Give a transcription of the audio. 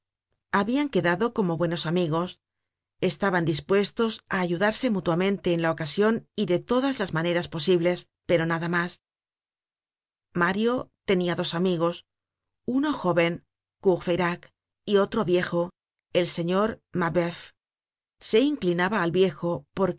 habian quedado como buenos amigos estaban dispuestos á ayudarse